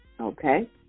okay